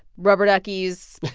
rubber duckies.